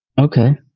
Okay